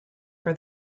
for